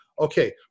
okay